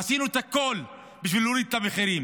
עשינו את הכול בשביל להוריד את המחירים.